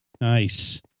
Nice